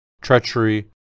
treachery